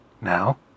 now